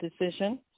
decision